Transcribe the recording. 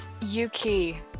yuki